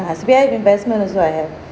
ah S_V_I investment also I have